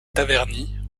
taverny